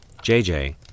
JJ